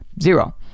Zero